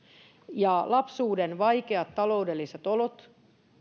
lapsuuden vaikeat taloudelliset olot